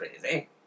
crazy